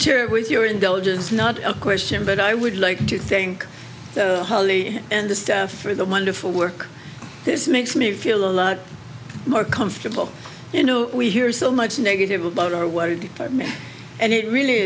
chair with your indulgence not a question but i would like to thank holly and the staff for the wonderful work this makes me feel a lot more comfortable you know we hear so much negative about our what did i mean and it really